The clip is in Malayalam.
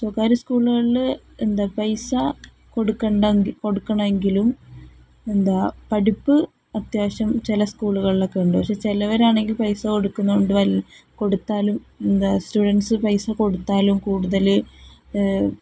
സ്വകാര്യ സ്കൂളുകളിൽ എന്താണ് പൈസ കൊടുക്കണ്ട എങ്കിൽ കൊടുക്കണമെങ്കിലും എന്താണ് പഠിപ്പ് അത്യാവശ്യം ചില സ്കൂളുകളിലൊക്കെ ഉണ്ട് പക്ഷേ ചിലവർ ആണെങ്കിൽ പൈസ കൊടുക്കുന്നുണ്ട് വലിയ കൊടുത്താലും എന്താണ് സ്റ്റുഡൻസ് പൈസ കൊടുത്താലും കൂടുതൽ